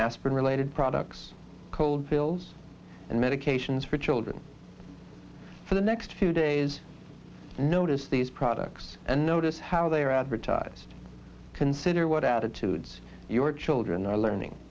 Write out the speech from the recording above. aspirin related products cold bills and medications for children for the next two days notice these products and notice how they are advertised consider what out the tubes your children are learning